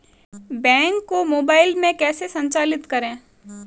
Bank को mobile में कैसे संचालित करें?